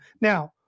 Now